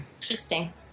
Interesting